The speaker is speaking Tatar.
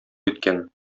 иткән